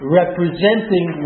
representing